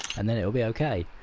and then it'll be okay!